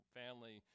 family